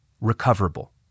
recoverable